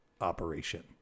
Operation